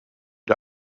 der